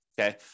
okay